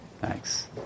Thanks